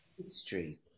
history